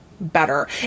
better